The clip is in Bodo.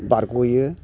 बारग'यो